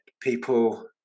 people